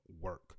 work